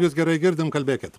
jūs gerai girdim kalbėkit